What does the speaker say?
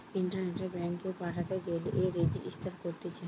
ইন্টারনেটে ব্যাঙ্কিং পাঠাতে গেলে রেজিস্টার করতিছে